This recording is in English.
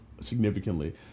significantly